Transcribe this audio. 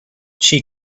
she